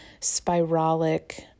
spiralic